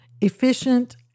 efficient